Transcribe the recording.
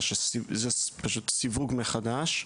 זה פשוט סיווג מחדש,